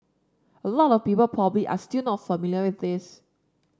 a lot of people probably are still not familiar with this